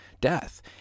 death